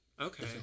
okay